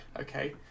Okay